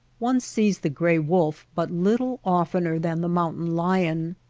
one sees the gray wolf but little oftener than the mountain lion.